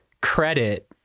credit